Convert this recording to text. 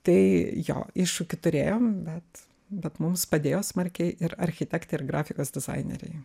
tai jo iššūkį turėjom bet bet mums padėjo smarkiai ir architektai ir grafikos dizaineriai